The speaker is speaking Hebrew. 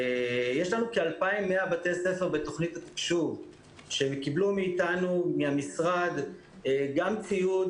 יש לנו כ-2,100 בתי ספר בתוכנית התקשוב שקיבלו מהמשרד גם ציוד